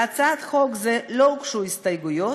להצעת חוק זאת לא הוגשו הסתייגויות,